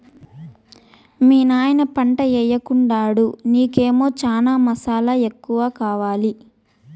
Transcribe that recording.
మీ నాయన పంటయ్యెకుండాడు నీకేమో చనా మసాలా ఎక్కువ కావాలా